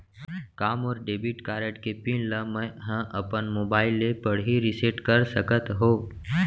का मोर debit card के पिन ल मैं ह अपन मोबाइल से पड़ही रिसेट कर सकत हो?